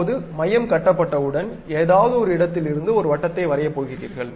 இப்போது மையம் கட்டப்பட்டவுடன் எதாவது ஒரு இடத்திலிருந்து ஒரு வட்டத்தை வரையப் போகிறீர்கள்